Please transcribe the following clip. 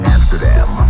Amsterdam